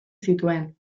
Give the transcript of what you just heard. zituen